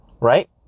Right